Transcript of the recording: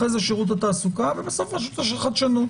אחרי זה שירות התעסוקה ובסוף רשות החדשנות.